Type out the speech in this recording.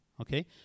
okay